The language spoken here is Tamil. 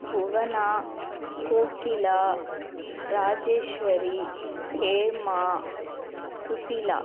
புவனா கோகிலா ராஜேஸ்வரி ஹேமா சுசிலா